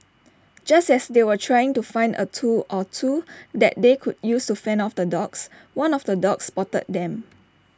just as they were trying to find A tool or two that they could use fend off the dogs one of the dogs spotted them